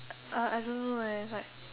uh I don't know eh like